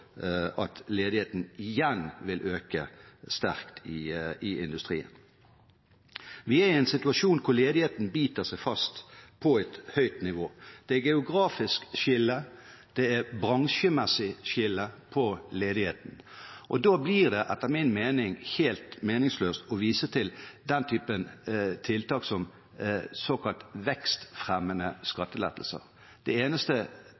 at ledigheten igjen kan øke sterkt i industrien. Vi er i en situasjon hvor ledigheten biter seg fast på et høyt nivå. Det er et geografisk skille, og det er et bransjemessig skille på ledigheten. Da blir det etter min mening helt meningsløst å vise til den typen tiltak som såkalt vekstfremmende skattelettelser. Den eneste